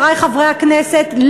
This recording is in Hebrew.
חברי חברי הכנסת,